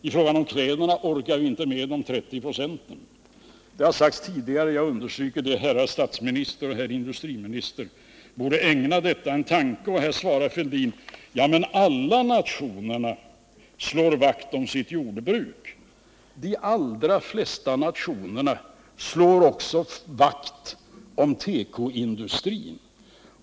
I fråga om kläderna orkar vi inte med de 30 procenten. Det har sagts tidigare, och jag understryker det: Herr statsministern och herr industriministern borde ägna detta en tanke. Och här säger Thorbjörn Fälldin: Ja, men alla nationer slår vakt om sitt jordbruk. Ja, men de allra flesta nationer slår också vakt om tekoindustrin.